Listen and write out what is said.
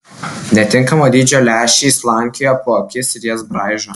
netinkamo dydžio lęšiai slankioja po akis ir jas braižo